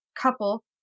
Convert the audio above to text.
couple